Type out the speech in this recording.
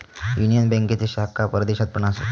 union बँकेचे शाखा परदेशात पण असत